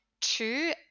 two